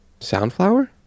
Soundflower